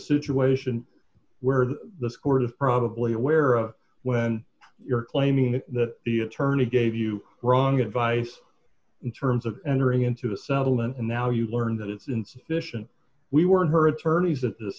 situation where the scores of probably aware of when you're claiming that the attorney gave you wrong advice in terms of entering into a settlement and now you learn that it's insufficient we were her attorneys at this